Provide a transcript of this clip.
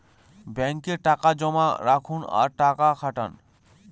ব্যাঙ্কে টাকা জমা রাখুন আর টাকা খাটান